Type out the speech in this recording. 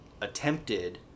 attempted